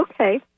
okay